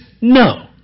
no